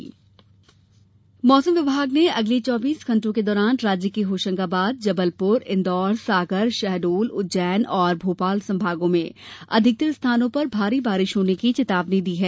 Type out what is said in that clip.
मौसम बारिश मौसम विभाग ने अगले चौबीस घंटो के दौरान राज्य के होशंगाबाद जबलप्र इन्दौर सागर शहडोल उज्जैन और भोपाल संभागों में अधिकतर स्थानों पर भारी बारिश होने की चेतावनी दी है